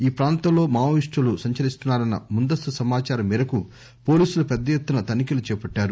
ఈ ప్రాంతం లో మావోయిస్టులు సంచరిస్తున్నారన్న ముందస్తు సమాచారం మేరకు పోలీసులు పెద్ద ఎత్తున తనిఖీలను చేపట్టారు